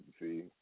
see